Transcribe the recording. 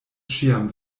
ĉiam